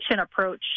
approach